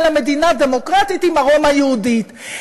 למדינה דמוקרטית עם ארומה יהודית".